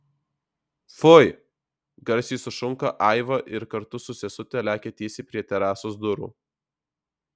fui garsiai sušunka aiva ir kartu su sesute lekia tiesiai prie terasos durų